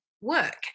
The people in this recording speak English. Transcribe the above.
work